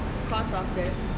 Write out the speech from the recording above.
cost of the